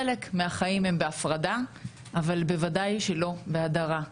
חלק מהחיים הם בהפרדה אבל בוודאי שלא בהדרה,